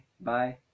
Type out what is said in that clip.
bye